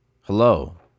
hello